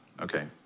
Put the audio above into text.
Okay